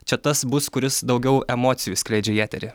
čia tas bus kuris daugiau emocijų skleidžia į eterį